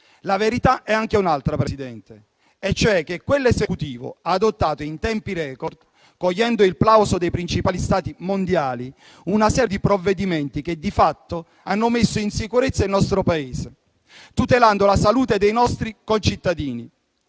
La verità è anche un'altra, Presidente: quell'Esecutivo ha adottato in tempi *record*, cogliendo il plauso dei principali Stati mondiali, una serie di provvedimenti che di fatto hanno messo in sicurezza il nostro Paese, tutelando la salute dei nostri concittadini,